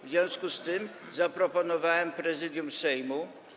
W związku z tym zaproponowałem Prezydium Sejmu.